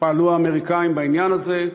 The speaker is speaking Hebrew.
פעלו האמריקנים בעניין הזה,